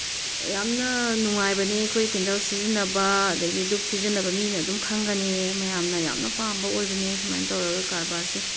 ꯌꯥꯝꯅ ꯅꯨꯡꯉꯥꯏꯕꯅꯦ ꯑꯩꯈꯣꯏ ꯀꯦꯟꯗꯜ ꯁꯤꯖꯤꯟꯅꯕ ꯑꯗꯒꯤ ꯗꯨꯛ ꯁꯤꯖꯤꯟꯅꯕ ꯃꯤꯅ ꯑꯗꯨꯝ ꯈꯪꯒꯅꯤ ꯃꯌꯥꯝꯅ ꯌꯥꯝꯅ ꯄꯥꯝꯕ ꯑꯣꯏꯕꯅꯦ ꯁꯨꯃꯥꯏꯅ ꯇꯧꯔꯒ ꯀꯔꯕꯥꯔꯁꯦ